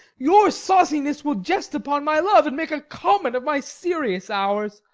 your sauciness will jest upon my love, and make a common of my serious hours.